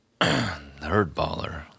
Nerdballer